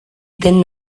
then